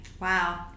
Wow